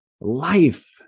life